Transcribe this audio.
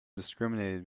discriminated